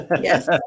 yes